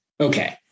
Okay